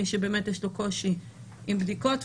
מי שבאמת יש לו קושי עם בדיקות,